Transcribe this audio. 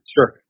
Sure